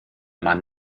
mann